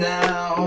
now